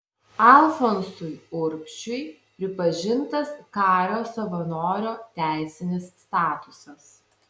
alfonsui urbšiui pripažintas kario savanorio teisinis statusas